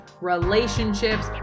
relationships